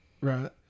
Right